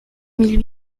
mille